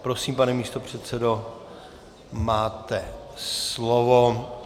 Prosím, pane místopředsedo, máte slovo.